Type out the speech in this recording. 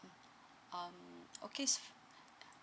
mm um okay so